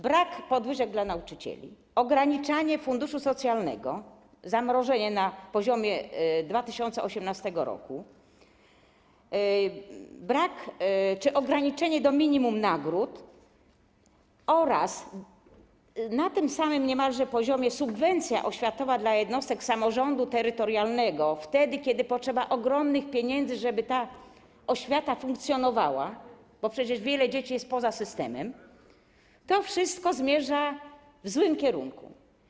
Brak podwyżek dla nauczycieli, ograniczanie funduszu socjalnego, zamrożenie na poziomie 2018 r., brak czy ograniczenie do minimum nagród oraz na tym samym niemalże poziomie subwencja oświatowa dla jednostek samorządu terytorialnego, wtedy kiedy potrzeba ogromnych pieniędzy, żeby ta oświata funkcjonowała, bo przecież wiele dzieci jest poza systemem - to wszystko zmierza w złym kierunku.